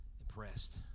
impressed